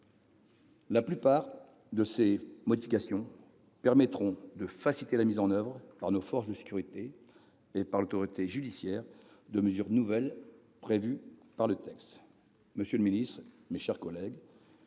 La plupart de ces modifications permettront de faciliter la mise en oeuvre par nos forces de sécurité et par l'autorité judiciaire des mesures nouvelles prévues par le texte. Monsieur le ministre, mes chers collègues,